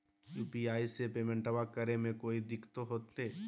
UPI से पेमेंटबा करे मे कोइ दिकतो होते?